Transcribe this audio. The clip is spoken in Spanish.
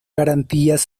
garantías